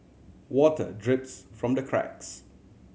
water drips from the cracks